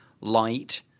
light